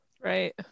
Right